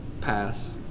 pass